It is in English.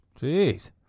Jeez